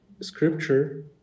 scripture